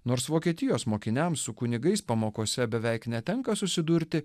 nors vokietijos mokiniams su kunigais pamokose beveik netenka susidurti